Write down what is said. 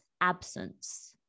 absence